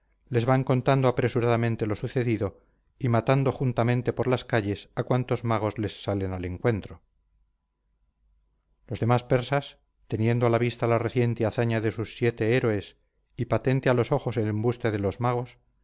les van contando apresuradamente lo sucedido y matando juntamente por las calles a cuantos magos les salen al encuentro los demás persas teniendo a la vista la reciente hazaña de sus siete héroes y patente a los ojos el embuste de los magos